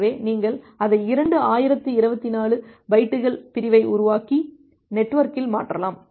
எனவே நீங்கள் அதை இரண்டு 1024 பைட்டுகள் பிரிவை உருவாக்கி நெட்வொர்க்கில் மாற்றலாம்